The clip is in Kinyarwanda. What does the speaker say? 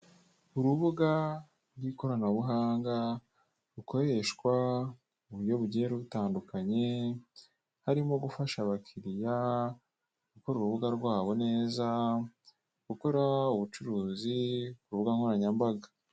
Urubuga rw'ikoranabuhanga rukoreshwa mu buryo bugiye rutandukanye, harimo gufasha abakiliya gukora urubuga rwabo neza, gukora ubucuruzi ku mbuga nkoranyambaga.